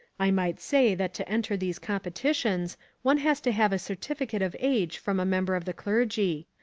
i might say that to enter these competitions one has to have a certificate of age from a member of the clergy.